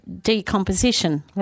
decomposition